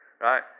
Right